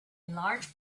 large